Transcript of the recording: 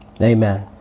Amen